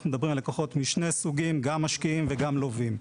אנחנו מדברים על לקוחות משני סוגים: משקיעים ולווים.